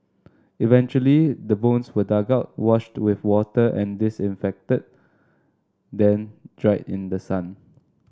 eventually the bones were dug out washed with water and disinfected then dried in the sun